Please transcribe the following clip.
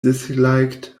disliked